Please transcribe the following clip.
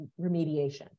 remediation